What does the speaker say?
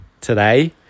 today